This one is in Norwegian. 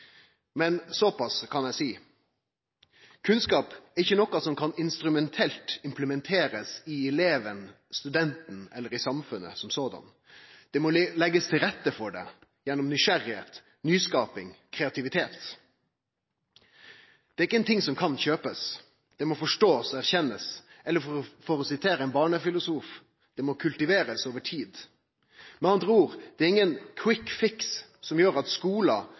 men såpass kan eg seie: Kunnskap er ikkje noko som kan bli instrumentelt implementert i eleven, studenten eller i samfunnet som såleis. Det må bli lagt til rette for det gjennom nysgjerrigheit, nyskaping, kreativitet. Det er ikkje ein ting som kan kjøpast, det må bli forstått og erkjent, eller for å sitere ein barnefilosof: Det må bli kultivert over tid. Med andre ord: Det er ingen «quick fix» som gjer at